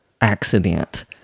accident